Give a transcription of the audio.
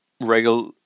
regular